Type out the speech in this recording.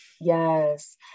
Yes